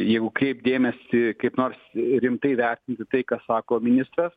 jeigu kreipt dėmesį kaip nors rimtai vertinti tai ką sako ministras